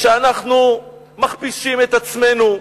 שאנחנו מכפישים את עצמנו,